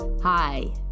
Hi